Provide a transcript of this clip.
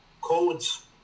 codes